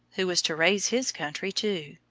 who was to raise his country too,